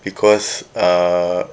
because uh